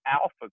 Alpha